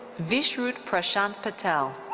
vishrut prashant patel.